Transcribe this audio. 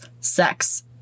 sex